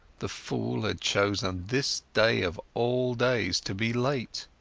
the fool had chosen this day of all days to be late.